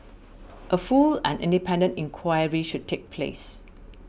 a full and independent inquiry should take place